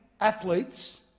athletes